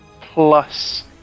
plus